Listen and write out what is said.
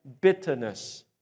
Bitterness